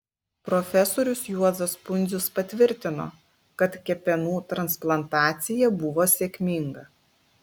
profesorius juozas pundzius patvirtino kad kepenų transplantacija buvo sėkminga